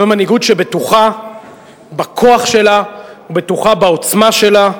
זו מנהיגות שבטוחה בכוח שלה, בטוחה בעוצמה שלה.